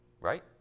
right